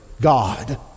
God